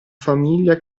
famiglia